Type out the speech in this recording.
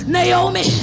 Naomi